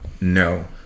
no